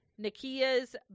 Nakia's